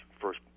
first